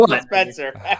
spencer